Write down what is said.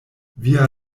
via